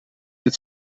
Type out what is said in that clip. het